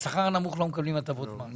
בשכר הנמוך לא מקבלים הטבות מס.